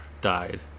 died